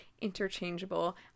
interchangeable